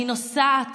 אני נוסעת